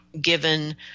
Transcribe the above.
given